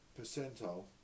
percentile